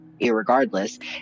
irregardless